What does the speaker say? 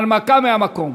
הנמקה מהמקום.